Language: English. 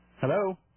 Hello